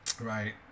Right